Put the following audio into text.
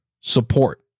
support